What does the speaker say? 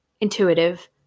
intuitive